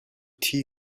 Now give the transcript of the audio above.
tea